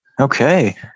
Okay